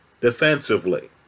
defensively